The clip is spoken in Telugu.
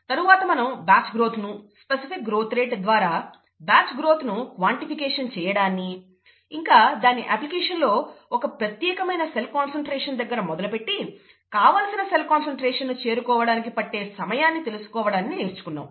తరువాత మనం బ్యాచ్ గ్రోత్ ను స్పెసిఫిక్ గ్రోత్ రేట్ ద్వారా బ్యాచ్ గ్రోత్ ను క్వాన్టిఫికేషన్ చేయడాన్ని ఇంకా దాని అప్లికేషన్లో' ఒక ప్రత్యేకమైన సెల్ కాన్సన్ట్రేషన్ దగ్గర మొదలుపెట్టి కావలసిన సెల్ కాన్సన్ట్రేషన్ ను చేరుకోవడానికి పట్టే సమయాన్ని తెలుసుకోవడాన్ని నేర్చుకున్నాం